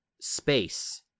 space